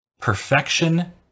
Perfection